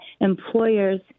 employers